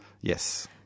Yes